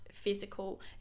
physical